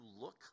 look